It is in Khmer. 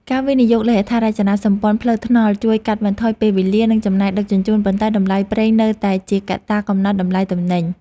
ការវិនិយោគលើហេដ្ឋារចនាសម្ព័ន្ធផ្លូវថ្នល់ជួយកាត់បន្ថយពេលវេលានិងចំណាយដឹកជញ្ជូន ប៉ុន្តែតម្លៃប្រេងនៅតែជាកត្តាកំណត់តម្លៃទំនិញ។